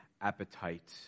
appetite